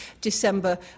December